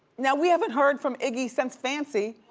now we haven't heard from iggy since fancy,